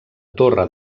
torre